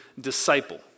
disciple